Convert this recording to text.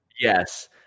yes